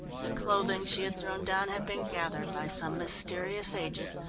the clothing she had thrown down had been gathered by some mysterious agent,